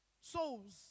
souls